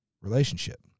relationship